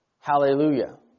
Hallelujah